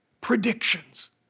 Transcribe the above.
predictions